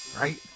right